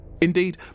Indeed